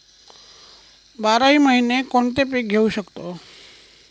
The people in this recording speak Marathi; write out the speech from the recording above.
बाराही महिने कोणते पीक घेवू शकतो?